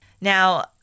Now